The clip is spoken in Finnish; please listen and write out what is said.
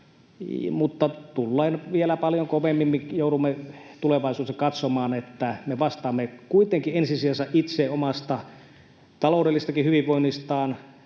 mutta tullee vielä paljon kovemmin. Joudumme tulevaisuudessa katsomaan, että me vastaamme kuitenkin ensi sijassa itse omasta taloudellisestakin hyvinvoinnistamme